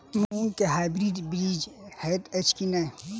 मूँग केँ हाइब्रिड बीज हएत अछि की नै?